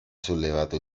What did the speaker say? sollevato